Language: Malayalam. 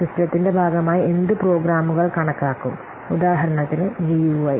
സിസ്റ്റത്തിന്റെ ഭാഗമായി എന്ത് പ്രോഗ്രാമുകൾ കണക്കാക്കും ഉദാഹരണത്തിന് ജിയുഐ